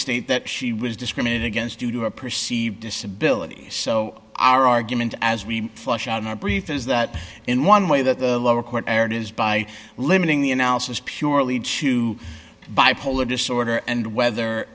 state that she was discriminated against due to a perceived disability so our argument as we flush out in our brief is that in one way that the lower court erred is by limiting the analysis purely to bipolar disorder and whether